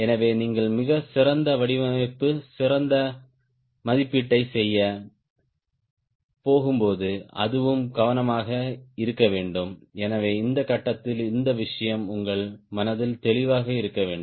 எனவே நீங்கள் மிகச்சிறந்த வடிவமைப்பு சிறந்த மதிப்பீட்டைச் செய்யப் போகும்போது அதுவும் கவனமாக இருக்க வேண்டும் எனவே இந்த கட்டத்தில் இந்த விஷயம் உங்கள் மனதில் தெளிவாக இருக்க வேண்டும்